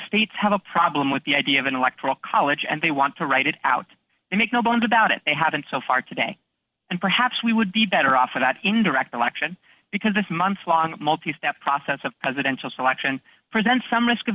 states have a problem with the idea of an electoral college and they want to write it out and make no bones about it they haven't so far today and perhaps we would be better off for that indirect election because this monthlong multi step process of presidential selection presents some risk of